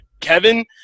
Kevin